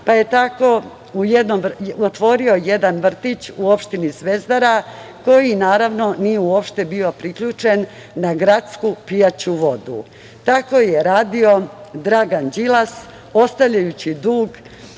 pa je tako otvorio jedan vrtić u opštini Zvezdara koji, naravno, nije uopšte bio priključen na gradsku pijaću vodu. Tako je radio Dragan Đilas, ostavljajući dug